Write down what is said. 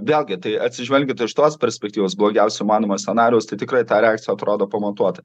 vėlgi tai atsižvelgiant ir iš tos perspektyvos blogiausio įmanomo scenarijaus tai tikrai ta reakcija atrodo pamatuota